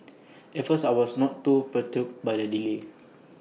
at first I was not too perturbed by the delay